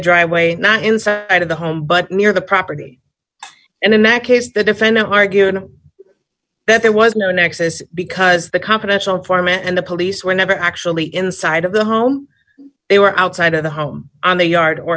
driveway not inside of the home but near the property and imac ace the defendant argued that there was no nexus because the confidential informant and the police were never actually inside of the home they were outside of the home on the yard or